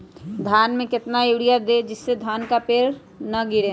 धान में कितना यूरिया दे जिससे धान का पेड़ ना गिरे?